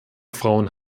frauen